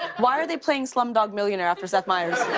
why are they playing slumdog millionaire after seth meyers?